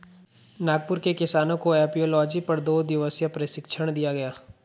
नागपुर के किसानों को एपियोलॉजी पर दो दिवसीय प्रशिक्षण दिया गया